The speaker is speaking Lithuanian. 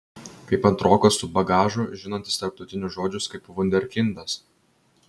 kaip antrokas su bagažu žinantis tarptautinius žodžius kaip vunderkindas